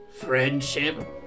friendship